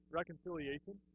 reconciliation